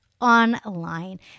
online